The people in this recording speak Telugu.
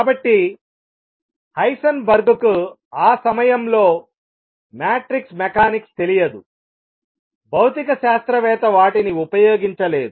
కాబట్టి హైసెన్బర్గ్కు ఆ సమయంలో మ్యాట్రిక్స్ మెకానిక్స్ తెలియదు భౌతిక శాస్త్రవేత్త వాటిని ఉపయోగించలేదు